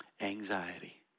Anxiety